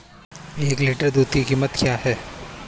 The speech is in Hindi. एक लीटर दूध की कीमत क्या है?